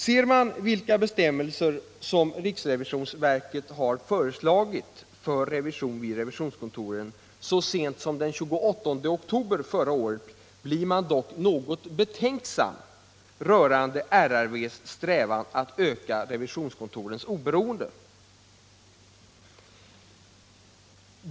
Ser man på vilka bestämmelser som RRV har föreslagit för revision vid revisionskontoren så sent som den 28 oktober förra året, blir man dock något betänksam rörande RRV:s strävan att öka revisionskontorens oberoende.